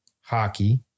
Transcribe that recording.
hockey